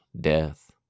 death